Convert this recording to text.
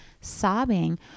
sobbing